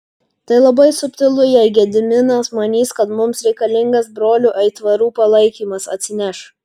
tai labai subtilu jei gediminas manys kad mums reikalingas brolių aitvarų palaikymas atsineš